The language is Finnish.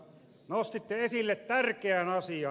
nostitte esille tärkeän asian